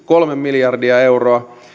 kolme miljardia euroa